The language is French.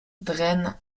draine